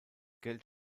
geld